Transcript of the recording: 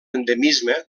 endemisme